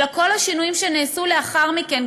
אלא כל השינויים שנעשו לאחר מכן,